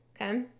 okay